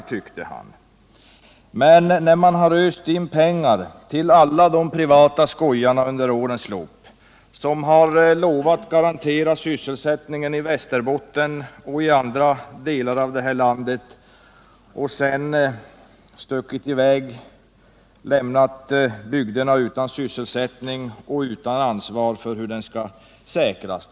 Men man har inte protesterat på moderat håll när det har östs in pengar till alla de privata skojare som under årens lopp har lovat garantera sysselsättningen i Västerbotten och andra delar av vårt land och sedan stuckit i väg och lämnat bygderna utan sysselsättning, utan ansvar för hur den skall säkras.